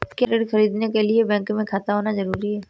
क्या ऋण ख़रीदने के लिए बैंक में खाता होना जरूरी है?